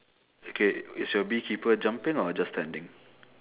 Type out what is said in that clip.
okay is your bee keeper jumping or just standing